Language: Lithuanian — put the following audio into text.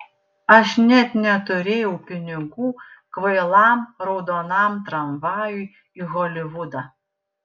aš net neturėjau pinigų kvailam raudonam tramvajui į holivudą